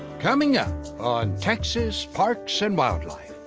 coming up on texas parks and wildlife.